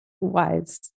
wise